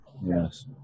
Yes